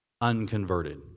unconverted